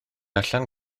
allan